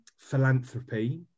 philanthropy